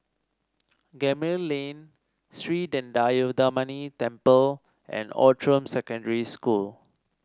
Gemmill Lane Sri Thendayuthapani Temple and Outram Secondary School